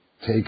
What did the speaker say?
take